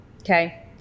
Okay